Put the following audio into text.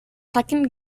second